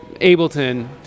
ableton